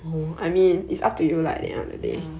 ya